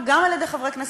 לחצתי בעד.